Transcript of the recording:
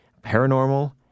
paranormal